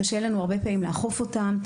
קשה לנו הרבה פעמים לאכוף אותן,